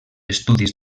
estudis